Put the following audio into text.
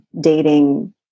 dating